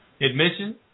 admission